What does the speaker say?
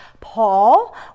Paul